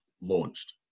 launched